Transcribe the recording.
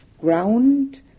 ground